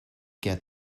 get